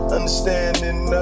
Understanding